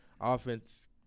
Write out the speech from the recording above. Offense –